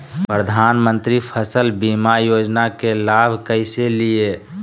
प्रधानमंत्री फसल बीमा योजना के लाभ कैसे लिये?